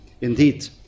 Indeed